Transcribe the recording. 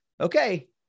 okay